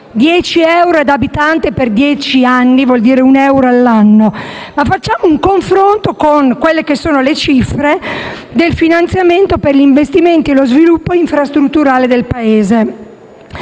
euro ad abitante per dieci anni vuol dire un euro all'anno. Facciamo un confronto con le cifre stanziate per il finanziamento per gli investimenti e lo sviluppo infrastrutturale del Paese: